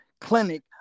clinic